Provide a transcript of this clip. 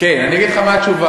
כן, אני אגיד לך מה התשובה: